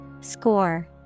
Score